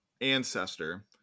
ancestor